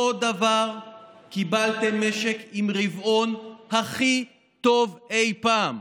אותו דבר קיבלתם משק עם רבעון הכי טוב אי פעם,